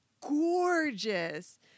gorgeous